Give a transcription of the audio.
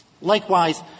Likewise